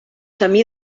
camí